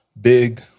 big